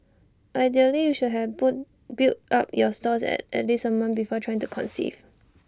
ideally you should have built up your stores at least A month before trying to conceive